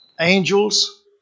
Angels